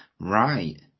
Right